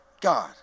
God